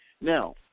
Now